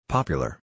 Popular